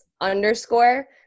underscore